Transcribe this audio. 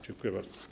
Dziękuję bardzo.